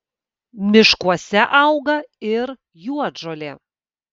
miškuose auga ir juodžolė